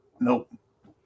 Nope